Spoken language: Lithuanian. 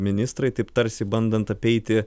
ministrai taip tarsi bandant apeiti